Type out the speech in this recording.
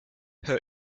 her